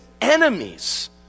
enemies